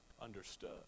Understood